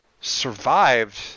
survived